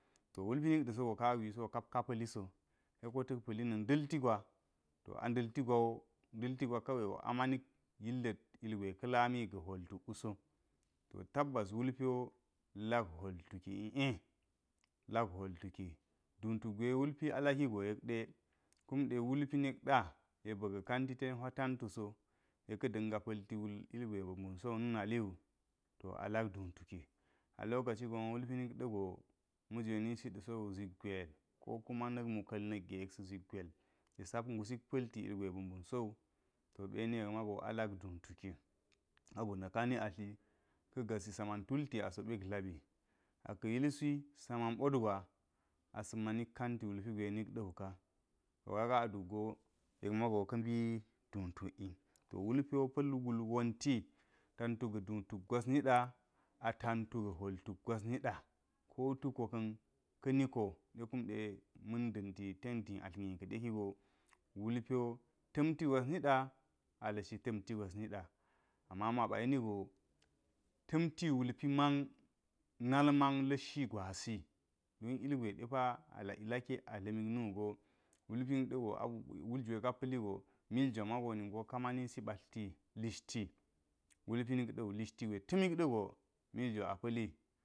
To wulpi nik ɗa̱ so kaga gwisiwo ka pa̱li so se ko ta̱k pa̱li na̱ ndalti gwa. To a nda̱lti gwa wo, nda̱lti gwa kawai wo a manik yilla̱t wulga̱ hwol tuk wuso. To tabbas wulpiwo lad hwol tuki i’e, lak hwol tuki duutuk gwe wulpi alaki go yekda wulpi nik ɗa yek ba̱ka̱ kanti ten hwa tentu go yek ka̱ da̱nga pa̱lti wul ilgwe ba̱ mbuna so na̱naliwu to alak tuu tuki, alokoci gon wo wulpi nik ɗago ma̱ jwe ni si ɗa̱sowu zik gwel ko kuma na̱k muka̱l nigge yek sa̱ zik gwel sa̱ sak ngusik pa̱lti ilgwe ba mbun sowu to eni yek mawu a lak duu tuki, sabo na̱ kani atli ka̱gasi sa man tulti ase̱ ɓek dlaɓi aka̱ yil siwi sa man ɓot gwa asa manik kanti wulpi gwe nik da̱wil ka. To kaga a duk go yek mago ka̱ mbi duu tukyi. To wulpiwo pa̱l wulwonti tantu ga̱ duu tuk gwasni ɗa atantu ga̱ hwol tuk gwas niɗa ko tuko ka̱n ka̱ni ko ɗa kumɗe ma̱n da̱mti ten diatl nin ka̱ɗe kigo wulpi wo ta̱mti gwas niɗa, a cashi ta̱mtli gwas niɗa. Ama amo a ɓa yenigo ta̱mti wulpi man, nal man la̱shi gwasi do illgwe depa ala laki yek a dla̱m nu go wulpi nik da̱go abu- wul jwe ka pa̱li go, mil jwa mago kamanisi ɓatlti lishti wulpi nik ɗa̱go lishti gwe ta̱ miki ɗa̱go miljwa apa̱li.